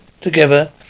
together